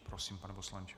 Prosím, pane poslanče.